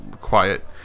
quiet